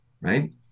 right